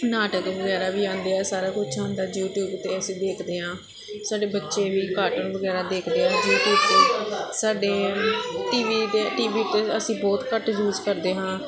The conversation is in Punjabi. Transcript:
ਨਾਟਕ ਵਗੈਰਾ ਵੀ ਆਉਂਦੇ ਹੈ ਸਾਰਾ ਕੁਛ ਆਉਂਦਾ ਯੂਟੀਊਬ 'ਤੇ ਅਸੀਂ ਦੇਖਦੇ ਹਾਂ ਸਾਡੇ ਬੱਚੇ ਵੀ ਕਾਟੂਨ ਵਗੈਰਾ ਦੇਖਦੇ ਆ ਯੂਟੀਊਬ 'ਤੇ ਸਾਡੇ ਟੀਵੀ ਤਾਂ ਟੀ ਵੀ ਤਾਂ ਅਸੀਂ ਬਹੁਤ ਘੱਟ ਯੂਜ ਕਰਦੇ ਹਾਂ